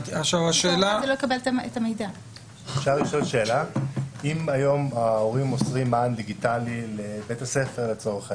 אם היום ההורים מוסרים מען דיגיטלי לבית הספר לצורך העניין,